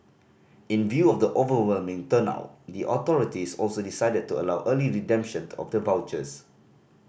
in view of the overwhelming turnout the authorities also decided to allow early redemption of the vouchers